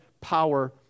power